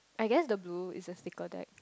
I guess the blue is a sticker tag